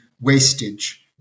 wastage